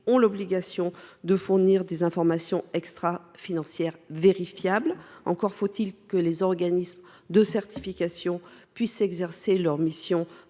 ont l’obligation de fournir des informations extrafinancières vérifiables, encore faut il que les organismes de certification puissent exercer leur mission